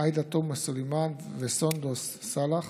עאידה תומא סולימאן וסונדוס סאלח,